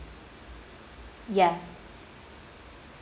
ya